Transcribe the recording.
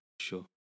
sure